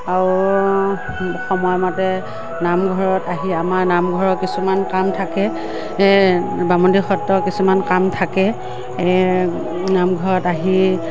আৰু সময়মতে নামঘৰত আহি আমাৰ নামঘৰৰ কিছুমান কাম থাকে বামুণীআটি সত্ৰৰ কিছুমান কাম থাকে নামঘৰত আহি